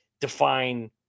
define